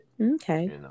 Okay